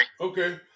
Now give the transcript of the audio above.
Okay